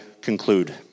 conclude